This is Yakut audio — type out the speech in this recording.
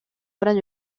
баран